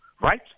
right